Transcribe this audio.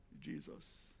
Jesus